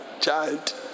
child